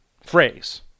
phrase